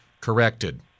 corrected